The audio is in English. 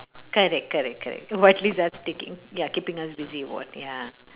correct correct correct what leaves us thinking ya keeping us busy what ya